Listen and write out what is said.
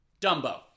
Dumbo